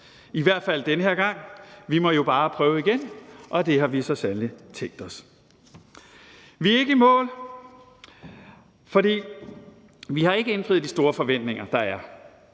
i hvert fald den her gang. Vi må jo bare prøve igen, og det har vi så sandelig tænkt os. Vi er ikke i mål, for vi har ikke indfriet de store forventninger, der er.